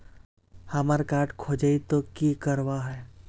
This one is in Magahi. हमार कार्ड खोजेई तो की करवार है?